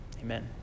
amen